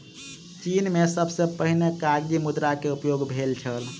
चीन में सबसे पहिने कागज़ी मुद्रा के उपयोग भेल छल